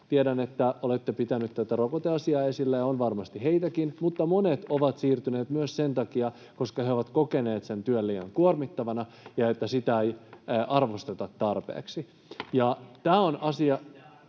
Tiedän, että olette pitänyt tätä rokoteasiaa esillä, ja on varmasti heitäkin, mutta monet ovat siirtyneet myös sen takia, että he ovat kokeneet sen työn liian kuormittavana [Pia Sillanpää: Se on totta!] ja että sitä